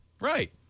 Right